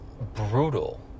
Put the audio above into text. brutal